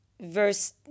verse